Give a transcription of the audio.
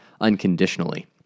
unconditionally